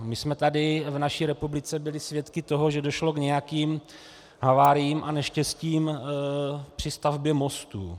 My jsme tady v naší republice byli svědky toho, že došlo k nějakým haváriím a neštěstím při stavbě mostů.